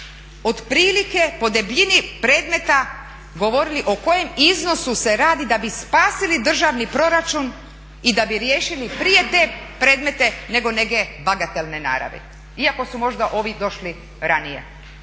otprilike po debljini predmeta govorili o kojem iznosu se radi da bi spasili državni proračun i da bi riješili prije te predmete nego neke bagatelne naravi. Iako su možda ovi došli ranije.